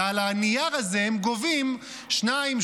ועל הנייר הזה הם גובים 2%,